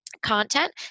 content